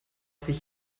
sich